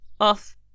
off